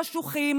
חשוכים,